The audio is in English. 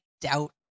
doubt